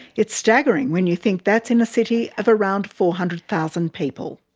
it's staggering when you think that's in a city of around four hundred thousand people.